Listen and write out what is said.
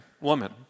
woman